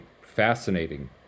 fascinating